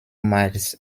miles